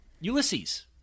Ulysses